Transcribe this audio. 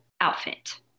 outfit